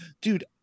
Dude